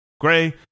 Gray